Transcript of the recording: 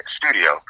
studio